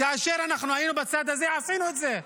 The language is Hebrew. כאשר אנחנו היינו בצד הזה, עשינו את זה.